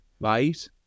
right